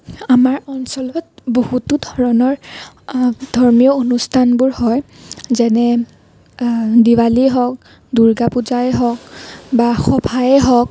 আমাৰ অঞ্চলত বহুতো ধৰণৰ ধৰ্মীয় অনুষ্ঠানবোৰ হয় যেনে দেৱালীয়ে হওক দুৰ্গা পূজায়ে হওক বা সভায়ে হওক